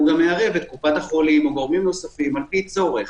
הוא גם מערב את קופת החולים וגורמים נוספים לפי צורך.